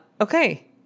Okay